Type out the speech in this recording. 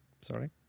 sorry